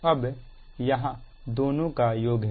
अब यह दोनों का योग है